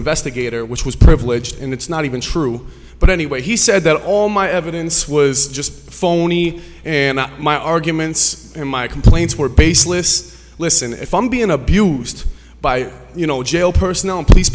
investigator which was privileged and it's not even true but anyway he said that all my evidence was just phony and that my arguments and my complaints were baseless listen if i'm being abused by you know jail personnel and police